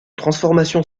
transformation